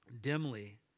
dimly